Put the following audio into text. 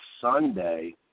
Sunday